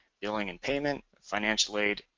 billing and payment financial aid,